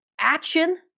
action